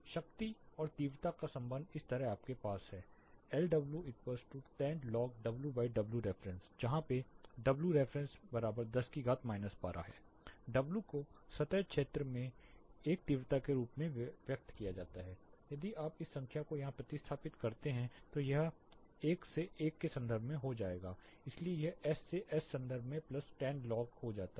शक्ति और तीव्रता का संबंध इसी तरह से आपके पास है Lw10 log WWref जहां पे Wref10 12 W को सतह क्षेत्र में I तीव्रता के रूप में व्यक्त किया जा सकता है यदि आप इस संख्या को यहां प्रतिस्थापित करते हैं तो यह I से I के संदर्भ में हो जाएगा इसलिए यह S से S संदर्भ में प्लस 10 लॉग हो जाता है